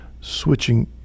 switching